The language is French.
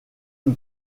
une